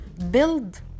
Build